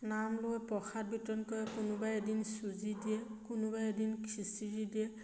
নাম লৈ প্ৰসাদ বিতৰণ কৰে কোনোবাই এদিন চুজি দিয়ে কোনোবাই এদিন খিচিৰী দিয়ে